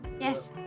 Yes